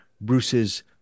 Bruce's